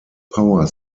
power